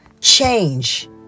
change